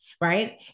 Right